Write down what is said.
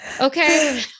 Okay